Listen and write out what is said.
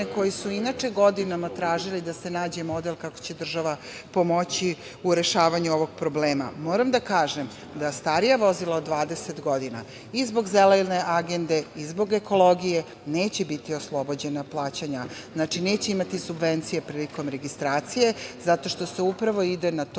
koji su inače godinama tražili da se nađe model kako će država pomoći u rešavanju ovog problema. Moram da kažem da starija vozila od 20 godina i zbog Zelene agende i zbog ekologije neće biti oslobođena plaćanja. Znači, neće imati subvencije prilikom registracije, zato što se upravo ide na to